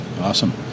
Awesome